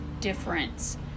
difference